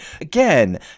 Again